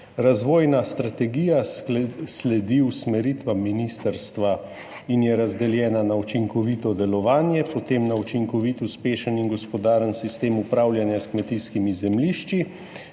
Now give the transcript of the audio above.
Razvojna strategija sledi usmeritvam ministrstva in je razdeljena na učinkovito delovanje, na učinkovit, uspešen in gospodaren sistem upravljanja s kmetijskimi zemljišči,